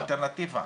מה האלטרנטיבה?